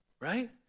Right